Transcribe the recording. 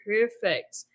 perfect